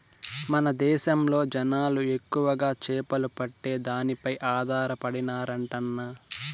మన దేశంలో జనాలు ఎక్కువగా చేపలు పట్టే దానిపై ఆధారపడినారంటన్నా